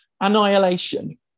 Annihilation